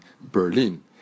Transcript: Berlin